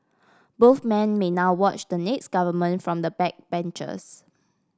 both men may now watch the next government from the backbenches